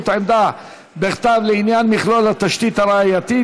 עמדה בכתב לעניין מכלול התשתית הראייתית),